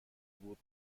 بود